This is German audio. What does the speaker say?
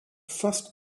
fast